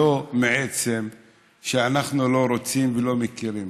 לא כי אנחנו לא רוצים ולא מכירים.